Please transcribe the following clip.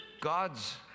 God's